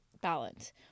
balance